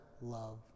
love